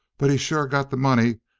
but he's sure got the money.